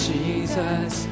Jesus